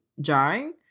jarring